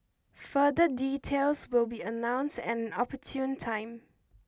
further details will be announced an opportune time